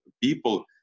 people